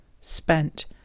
spent